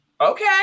okay